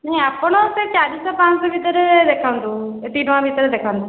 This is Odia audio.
ନାଇଁ ଆପଣ ସେ ଚାରିଶ ପାଞ୍ଚଶହ ଭିତରେ ଦେଖାନ୍ତୁ ଏତିକି ଟଙ୍କା ଭିତରେ ଦେଖାନ୍ତୁ